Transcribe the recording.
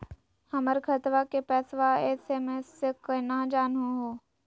हमर खतवा के पैसवा एस.एम.एस स केना जानहु हो?